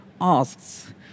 asks